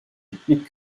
etnik